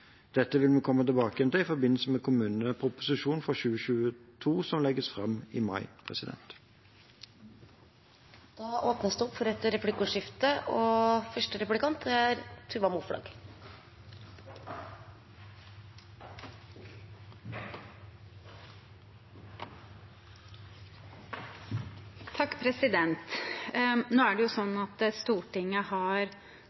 Dette vil vi komme tilbake til i forbindelse med kommuneproposisjonen for 2022, som legges fram i mai. Det blir replikkordskifte. Nå er det